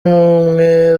ubumwe